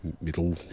Middle